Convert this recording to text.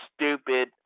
Stupid